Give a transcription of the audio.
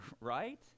Right